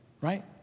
right